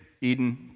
Eden